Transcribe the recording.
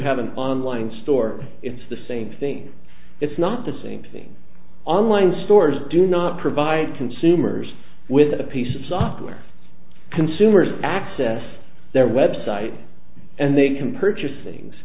have an online or it's the same thing it's not the same thing online stores do not provide consumers with a piece of software consumers access their website and they can purchase things